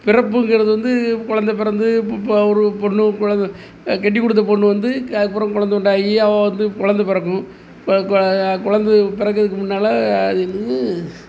பிறப்புங்கிறது வந்து குழந்த பிறந்து இப்போப்போ பொண்ணு குழந்த கட்டிக் கொடுத்த பொண்ணு வந்து அதுக்கப்புறம் குழந்த உண்டாயி அப்புறம் வந்து குழந்த பிறக்கும் குழந்த பிறக்கறதுக்கு முன்னால் அது வந்து